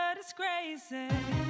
disgraces